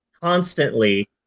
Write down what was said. constantly